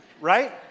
right